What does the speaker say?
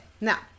Now